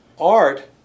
Art